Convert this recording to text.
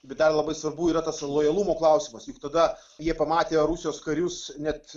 bet dar labai svarbu yra tas lojalumo klausimas juk tada jie pamatę rusijos karius net